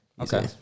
Okay